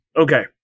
Okay